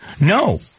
No